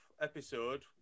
episode